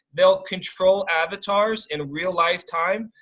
they'll control avatars in real life time.